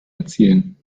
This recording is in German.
erzielen